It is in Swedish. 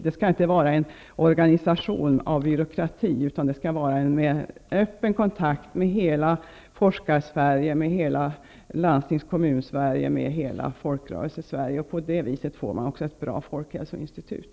Det skall inte vara en organisation av byråkrati, utan det skall vara en öppen kontakt med hela Forskarsverige, hela Folksrörelsesverige. På det viset får man också ett bra Folkshälsointitut.